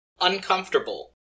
Uncomfortable